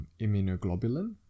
immunoglobulin